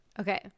Okay